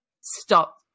stop